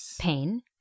pain